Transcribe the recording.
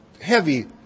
heavy